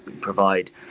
provide